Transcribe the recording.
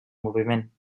moviment